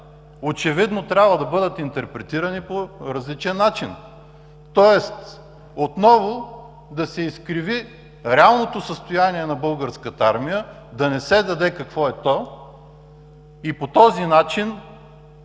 Очевидно трябва да бъдат интерпретирани по различен начин. Тоест отново да се изкриви реалното състояние на Българската армия, да не се даде какво е то. И по този начин